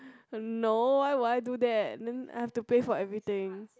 no why would I do that then I've to pay for everything